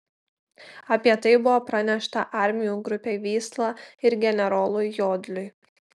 apie tai buvo pranešta armijų grupei vysla ir generolui jodliui